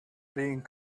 being